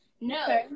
no